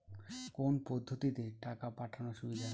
কোন পদ্ধতিতে টাকা পাঠানো সুবিধা?